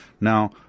Now